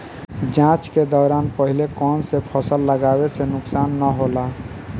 जाँच के दौरान पहिले कौन से फसल लगावे से नुकसान न होला?